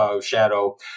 shadow